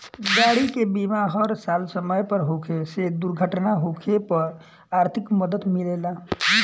गाड़ी के बीमा हर साल समय पर होखे से दुर्घटना होखे पर आर्थिक मदद मिलेला